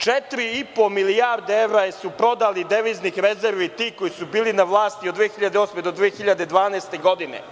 Četiri i po milijarde evra su prodali deviznih rezervi ti koji su bili na vlasti od 2008. do 2012. godine.